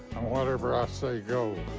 whatever i say goes.